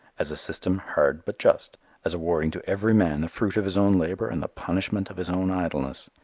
as a system hard but just as awarding to every man the fruit of his own labor and the punishment of his own idleness,